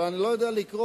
אבל אני לא יודע לקרוא,